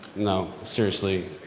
no, seriously.